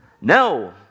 No